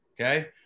Okay